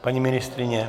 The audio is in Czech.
Paní ministryně?